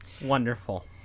Wonderful